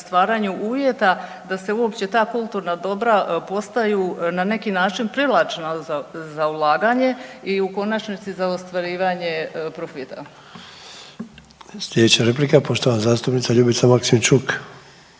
stvaranju uvjeta da se uopće ta kulturna dobra postaju na neki način privlačna za ulaganje i u konačnici za ostvarivanje profita. **Sanader, Ante (HDZ)** Slijedeća replika poštovana zastupnica Ljubica Maksimčuk.